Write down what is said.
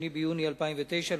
2 ביוני 2009,